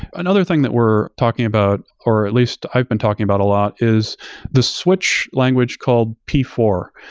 another thing that we're talking about, or at least i've been talking about a lot is the switch language called p four.